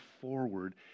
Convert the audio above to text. forward